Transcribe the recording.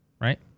Right